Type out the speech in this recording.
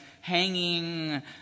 hanging